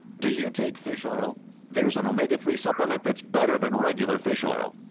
do you take fish oil theres an omega three supplement thats better than regular fish oil.